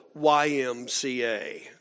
YMCA